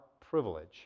privilege